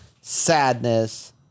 sadness